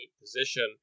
position